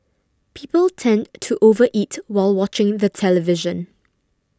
people tend to over eat while watching the television